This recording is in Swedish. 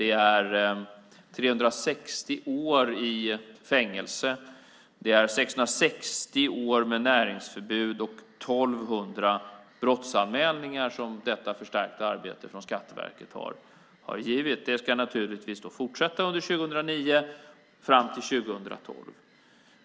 Det är 360 år i fängelse, 660 år med näringsförbud och 1 200 brottsanmälningar som det förstärkta arbetet från Skatteverket har givit. Det ska naturligtvis fortsätta under 2009 och fram till 2012.